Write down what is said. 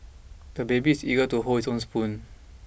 the baby is eager to hold his own spoon